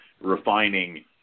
refining